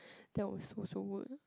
that was so so good